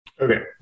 Okay